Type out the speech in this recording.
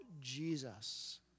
Jesus